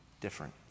different